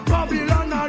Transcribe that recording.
Babylon